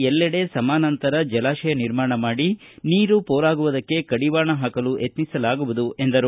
ಎಲ್ಲೆಡೆ ಸಮಾನಾಂತರ ಜಲಾಶಯ ನಿರ್ಮಾಣ ಮಾಡಿ ನೀರು ಮೋಲಾಗುವುದಕ್ಕೆ ಕಡಿವಾಣ ಹಾಕಲು ಯತ್ನಿಸಲಾಗುವುದು ಎಂದರು